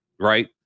Right